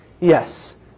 Yes